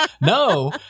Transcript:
No